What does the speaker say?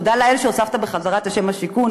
תודה לאל שהוספת בחזרה לשם את "השיכון",